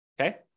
okay